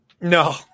No